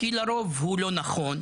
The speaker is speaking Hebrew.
כי לרוב הוא לא נכון.